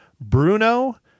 Bruno